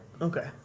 Okay